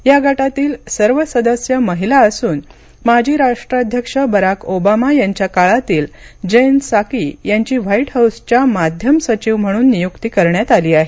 या गटातील सर्व सदस्य महिला असून माजी राष्ट्राध्यक्ष बराक ओबामा यांच्या काळातील जेन साकी यांची व्हाइट हाउसच्या माध्यम सचिव म्हणून नियुक्ती करण्यात आली आहे